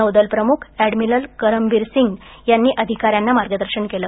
नौदलप्रमुख admiral Karambir Singh यांनी अधिकाऱ्यांना मार्गदर्शन केल